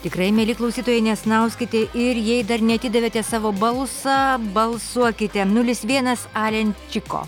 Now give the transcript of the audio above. tikrai mieli klausytojai nesnauskite ir jei dar neatidavėte savo balsą balsuokite nulis vienas arenčiko